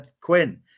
Quinn